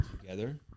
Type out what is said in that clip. together